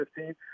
2015